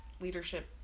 leadership